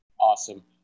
Awesome